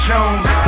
Jones